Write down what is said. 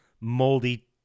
moldy